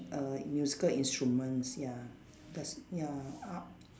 err musical instruments ya cause ya uh